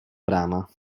brama